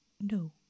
No